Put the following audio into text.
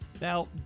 Now